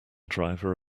driver